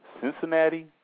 Cincinnati